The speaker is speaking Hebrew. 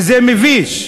וזה מביש,